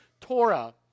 Torah